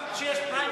גם כשיש פריימריז?